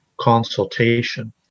consultation